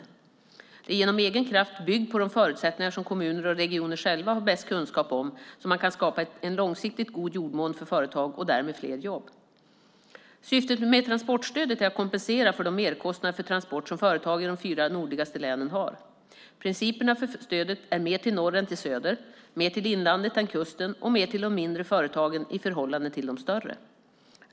Det är genom egen kraft, byggd på de förutsättningar som kommuner och regioner själva har bäst kunskap om, som man kan skapa en långsiktigt god jordmån för företag och därmed fler jobb. Syftet med transportstödet är att kompensera för de merkostnader för transport som företag i de fyra nordligaste länen har. Principerna för stödet är mer till norr än till söder, mer till inlandet än till kusten och mer till de mindre företagen i förhållande till de större.